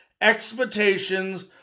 expectations